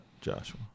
joshua